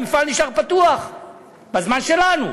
המפעל נשאר פתוח בזמן שלנו.